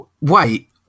Wait